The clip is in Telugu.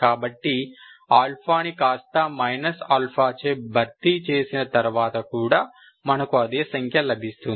కాబట్టి α ని కాస్తా α చే భర్తీ చేసిన తర్వాత కూడా మనకు అదే సంఖ్య లభిస్తుంది